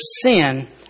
sin